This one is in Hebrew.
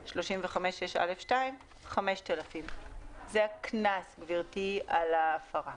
35(6א)(2) 5,000" זה הקנס על ההפרה.